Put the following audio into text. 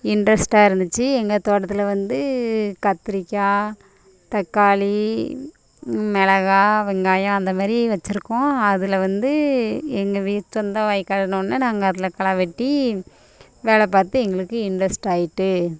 இண்ட்ரெஸ்ட்டாக இருந்திச்சு எங்கள் தோட்டத்தில் வந்து கத்திரிக்காய் தக்காளி மிளகா வெங்காயம் அந்தமாதிரி வெச்சுருக்கோம் அதில் வந்து எங்கள் சொந்த வயகாடுனோடனே நாங்கள் அதில் களைவெட்டி வேலை பார்த்து எங்களுக்கு இண்ட்ரெஸ்ட் ஆகிட்டு